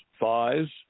thighs